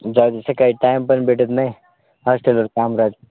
जाऊ दे काही टाईम पण भेटत नाही हॉस्टेलवर काम राहतं